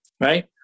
Right